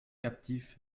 captif